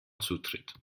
zutritt